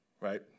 right